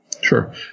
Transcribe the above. Sure